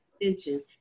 attention